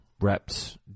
reps